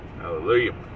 hallelujah